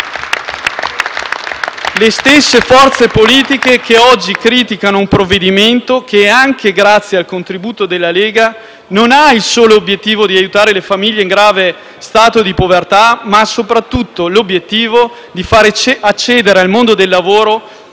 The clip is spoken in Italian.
Le stesse forze politiche che oggi criticano un provvedimento che, anche grazie al contributo della Lega, non ha il solo obiettivo di aiutare le famiglie in grave stato di povertà, ma soprattutto l'obiettivo di far accedere al mondo del lavoro